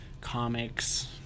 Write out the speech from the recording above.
comics